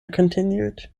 continued